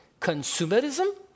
consumerism